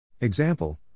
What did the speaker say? Example